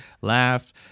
laughed